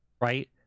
right